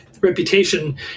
reputation